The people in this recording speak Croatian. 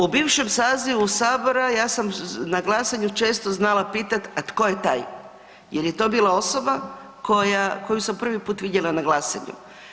U bivšem sazivu Sabora ja sam na glasanju često znala pitat, a to je taj jel je to bila osoba koju sam prvi put vidjela na glasanju.